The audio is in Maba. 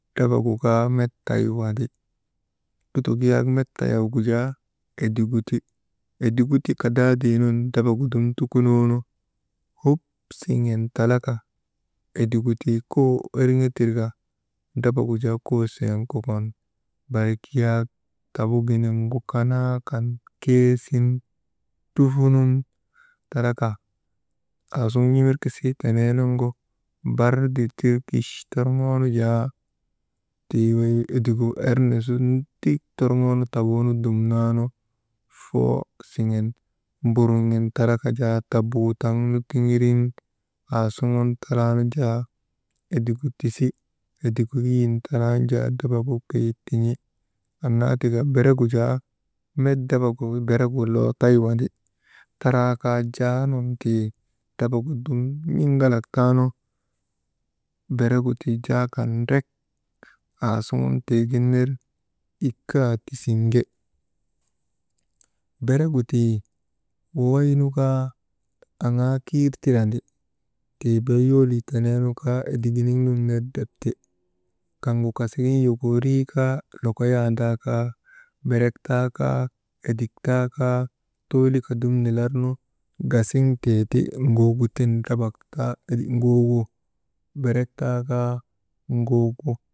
Drabagu kaa met taywandi, lutuk yaak met tayawgu jaa edigu ti, edigu ti kadaadii nun drabagu dum tukunoonu bop siŋen talaka edigu tii koo erŋe tirka drabagu jaa koshŋen kokon, barik yaak tabuginiŋgu kanaa kan keesin trufunun talaka aasuŋun n̰imirkisii tenee nuŋgu bar dittir kich torŋoonu jaa tii wey edigu erni su tik toŋoonu tabuunu dumananu fook siŋen mburŋin talaka jaa tabuutaŋu tiŋirin aasuŋun talaanu jaa edigu tisi, edigu yin talaanu jaa drabagu keyi tin̰i. Annaa ti ka beregu jaa met drabagu beregu loo tayandi, taraa kaa jaa nun tii drabagu dum n̰iŋgalak taanu beregu tii jaa kan ndrek asuŋun tii gin ner ikka tisiŋge. Bereyu tii wawaynu kaa aŋgaa kiir tirande, tii bee yolii teneenu kaa ediginiŋun ner drep ti, kaŋgu kasigin yokooriikaa, yokoyaandaa kaa berk taakaa, edik taakaa toolika dum nilarnu, gasiŋteeti guugu berek taakaa, guugu.